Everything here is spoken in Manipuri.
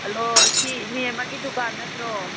ꯍꯜꯂꯣ ꯁꯤ ꯃꯦꯃꯒꯤ ꯗꯨꯀꯥꯟ ꯅꯠꯇ꯭ꯔꯣ